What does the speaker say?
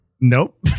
Nope